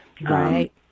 Right